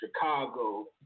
Chicago